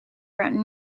around